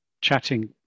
chatting